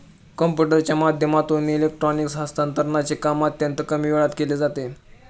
कम्प्युटरच्या माध्यमातून इलेक्ट्रॉनिक हस्तांतरणचे काम अत्यंत कमी वेळात केले जाते